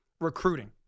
Recruiting